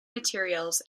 materials